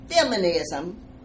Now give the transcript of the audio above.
feminism